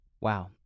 Wow